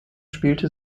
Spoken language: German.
spielte